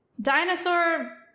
Dinosaur